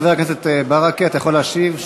חבר הכנסת ברכה, אתה יכול להשיב.